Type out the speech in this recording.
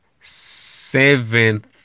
Seventh